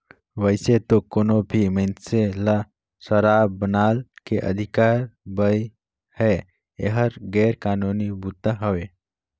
वइसे तो कोनो भी मइनसे ल सराब बनाए के अधिकार बइ हे, एहर गैर कानूनी बूता हवे